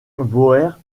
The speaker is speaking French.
boers